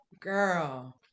girl